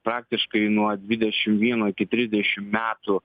praktiškai nuo dvidešim vieno iki trisdešim metų